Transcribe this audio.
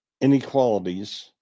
inequalities